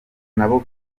nabo